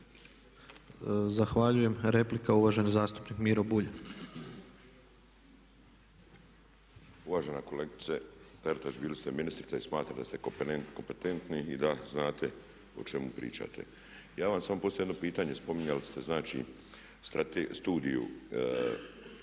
Zahvaljujem. Replika, uvaženi zastupnik Miro Bulj. **Bulj, Miro (MOST)** Uvažena kolegice Taritaš, bili ste ministrica i smatram da ste kompetentni i da znate o čemu pričate. Ja vam samo postavljam jedno pitanje, spominjali ste znači strategiju,